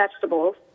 vegetables